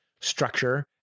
structure